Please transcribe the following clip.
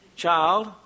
child